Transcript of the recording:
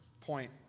point